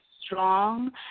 strong